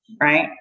Right